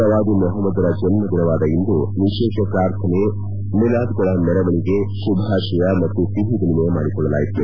ಪ್ರವಾದಿ ಮೊಹಮ್ಮದರ ಜನ್ನದಿನವಾದ ಇಂದು ವಿಶೇಷ ಪ್ರಾರ್ಥನೆ ಮಿಲಾದ್ ಗಳ ಮೆರವಣಿಗೆ ಶುಭಾಶಯ ಮತ್ತು ಸಿಹಿ ವಿನಿಮಯ ಮಾಡಿಕೊಳ್ಳಲಾಯಿತು